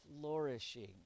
flourishing